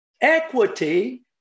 Equity